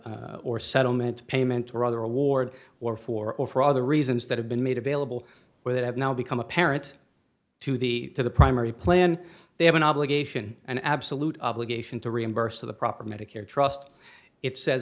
or or settlement payment or other award or for other reasons that have been made available or that have now become apparent to the to the primary plan they have an obligation an absolute obligation to reimburse the proper medicare trust it says